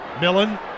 Millen